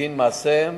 בגין מעשיהם.